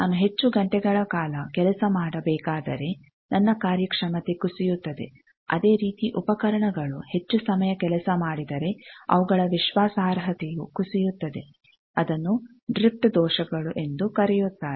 ನಾನು ಹೆಚ್ಚು ಗಂಟೆಗಳ ಕಾಲ ಕೆಲಸ ಮಾಡಬೇಕಾದರೆ ನನ್ನ ಕಾರ್ಯ ಕ್ಷಮತೆ ಕುಸಿಯುತ್ತದೆ ಅದೇ ರೀತಿ ಉಪಕರಣಗಳು ಹೆಚ್ಚು ಸಮಯ ಕೆಲಸ ಮಾಡಿದರೆ ಅವುಗಳ ವಿಶ್ವಾಸರ್ಹತೆಯು ಕುಸಿಯುತ್ತದೆ ಅದನ್ನು ಡ್ರಿಫ್ಟ್ ದೋಷಗಳು ಎಂದು ಕರೆಯುತ್ತಾರೆ